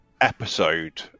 episode